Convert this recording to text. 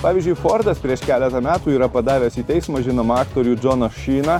pavyzdžiui fordas prieš keletą metų yra padavęs į teismą žinomą aktorių džoną šyną